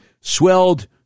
swelled